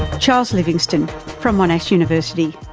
charles livingstone from monash university.